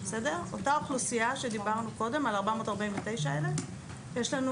אותה אוכלוסייה שדיברנו קודם על 449 יש לנו